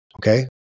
Okay